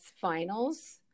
finals